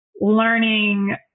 learning